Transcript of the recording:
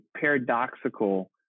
paradoxical